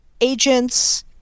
agents